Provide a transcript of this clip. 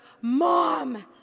Mom